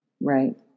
Right